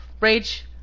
Rage